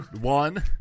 one